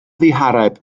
ddihareb